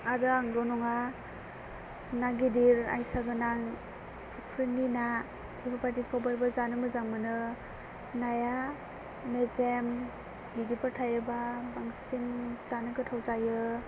आरो आंल' नङा ना गिदिर आइसा गोनां फुख्रिनि ना बेफोर बायदिखौ बयबो जानो मोजां मोनो नाया मेजेम बिदिफोर थायोबा बांसिन जानो गोथाव जायो